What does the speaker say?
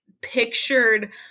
pictured –